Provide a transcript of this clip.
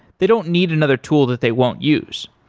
they don't need another tool that they won't use.